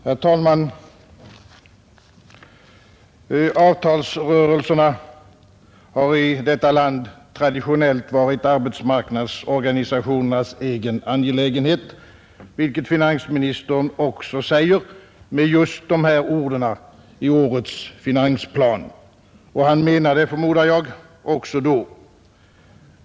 Herr talman! Avtalsrörelserna har i detta land traditionellt varit arbetsmarknadsorganisationernas egen angelägenhet, vilket finansministern också säger med just dessa ord i årets finansplan. Och han menade det, förmodar jag, också då.